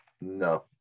No